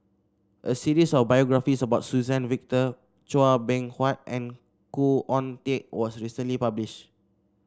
a series of biographies about Suzann Victor Chua Beng Huat and Khoo Oon Teik was recently published